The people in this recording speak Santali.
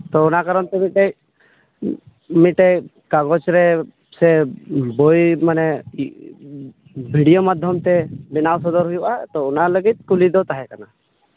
ᱛᱚ ᱚᱱᱟ ᱠᱟᱨᱚᱱ ᱛᱮ ᱢᱤᱫᱴᱮᱡ ᱢᱤᱫᱴᱮᱡ ᱠᱟᱜᱚᱡᱽ ᱨᱮ ᱥᱮ ᱵᱳᱭ ᱢᱟᱱᱮ ᱵᱷᱤᱰᱭᱳ ᱢᱟᱫᱽᱫᱷᱚᱢ ᱛᱮ ᱵᱮᱱᱟᱣ ᱥᱚᱫᱚᱨ ᱦᱩᱭᱩᱜᱼᱟ ᱛᱚ ᱚᱱᱟ ᱞᱟᱹᱜᱤᱫ ᱠᱩᱞᱤ ᱫᱚ ᱛᱟᱦᱮ ᱠᱟᱱᱟ